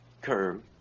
curve